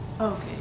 Okay